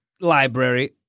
library